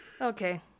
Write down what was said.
Okay